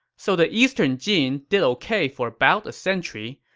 so the eastern jin did ok for about a century,